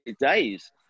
days